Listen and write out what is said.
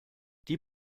die